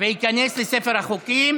וייכנס לספר החוקים